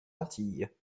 antilles